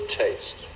taste